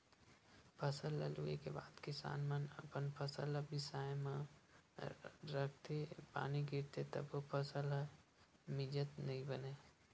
फसल ल लूए के बाद किसान मन अपन फसल ल बियारा म राखथे, पानी गिरथे तभो फसल ल मिजत नइ बनय